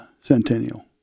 centennial